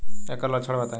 एकर लक्षण बताई?